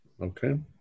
Okay